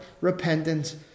repentance